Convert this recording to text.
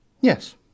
Yes